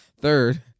Third